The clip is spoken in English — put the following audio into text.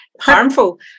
harmful